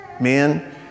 men